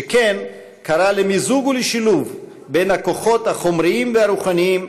שכן קרא למיזוג ולשילוב בין הכוחות החומריים והרוחניים,